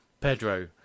Pedro